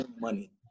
money